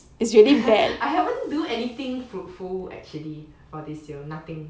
I haven't do anything fruitful actually for this year nothing